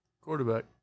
Quarterback